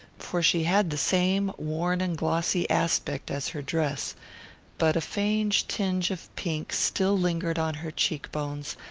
for she had the same worn and glossy aspect as her dress but a faint tinge of pink still lingered on her cheek-bones,